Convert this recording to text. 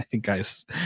guys